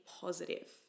positive